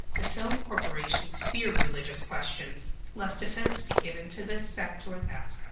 the film corporations fear religious questions, lest offence be given to this sect or that.